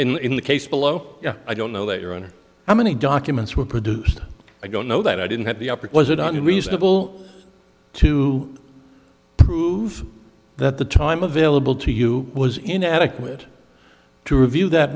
in the case below i don't know that your honor how many documents were produced i don't know that i didn't have the upper why is it unreasonable to prove that the time available to you was inadequate to review that